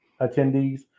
attendees